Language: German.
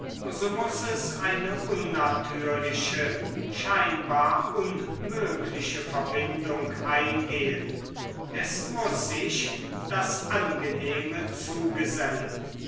so muß es eine unnatürliche scheinbar unmögliche verbindung eingehen es muß sich das angenehme zugesellen